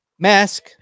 mask